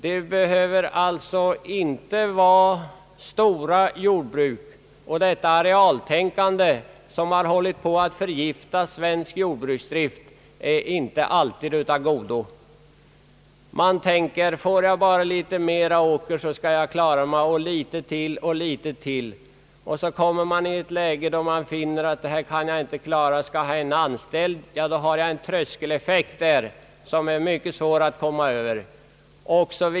Det behöver alltså inte alltid vara stora jordbruk, och det arealtänkande som har hållit på att förgifta svensk jordbruksdrift är. inte alla gånger av godo. Man tänker att.om man bara får litet. mera åker så skall man klara sig, och litet mera och litet mera. Då kommer man lätt i ett läge där man finner ått man inte kan klara jordbruket utan en anställd. Där har vi en tröskeleffekt som är mycket svår att komma Över.